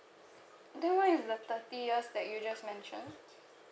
then what is the thirty years that you just mentioned